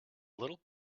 little